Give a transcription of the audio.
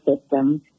system